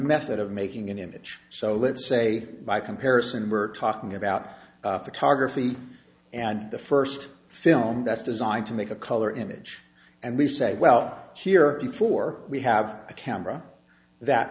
method of making an image so let's say by comparison we're talking about photography and the first film that's designed to make a color image and we say well here before we have a camera that